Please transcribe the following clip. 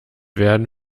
werden